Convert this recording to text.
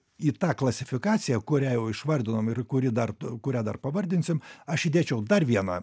į tą klasifikaciją kurią jau išvardinom ir kuri dar t kurią dar pavadinsim aš įdėčiau dar vieną